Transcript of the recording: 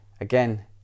again